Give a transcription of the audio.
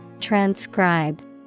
Transcribe